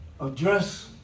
address